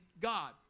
God